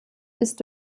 ist